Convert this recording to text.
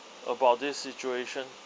about this situation